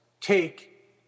take